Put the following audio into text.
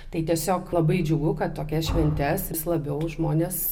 tai tiesiog labai džiugu kad tokias šventes vis labiau žmonės